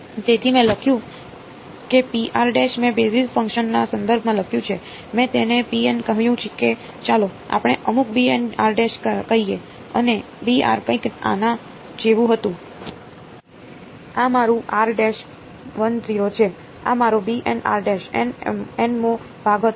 તેથી મેં લખ્યું કે મેં બેઝિસ ફંક્શનના સંદર્ભમાં લખ્યું છે મેં તેને કહ્યું કે ચાલો આપણે અમુક કહીએ અને કંઈક આના જેવું હતું આ મારું 1 0 છે આ મારો nમો ભાગ હતો